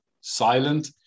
silent